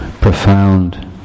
profound